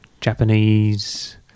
Japanese